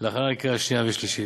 להכנה לקריאה שנייה ושלישית.